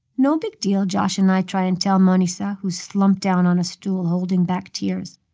no big deal, josh and i try and tell manisha, who's slumped down on a stool holding back tears.